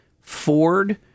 Ford